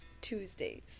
Tuesdays